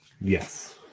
yes